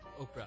Oprah